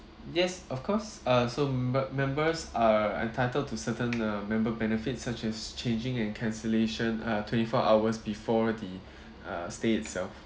yes of course uh so m~ b~ members are entitled to certain uh member benefits such as changing and cancellation uh twenty four hours before the uh stay itself